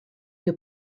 your